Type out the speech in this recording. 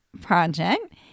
project